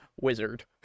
wizard